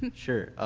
um sure.